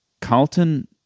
Carlton